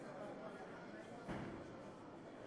ובו בזמן אותם היהודים לא הפסיקו להפנות את מבטם לכיוון הארץ הזו,